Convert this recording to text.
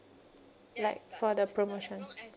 like for the promotion